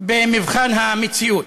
במבחן המציאות.